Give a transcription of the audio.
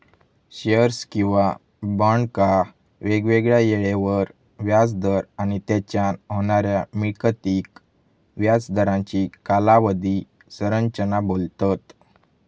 shares किंवा बॉन्डका वेगवेगळ्या येळेवर व्याज दर आणि तेच्यान होणाऱ्या मिळकतीक व्याज दरांची कालावधी संरचना बोलतत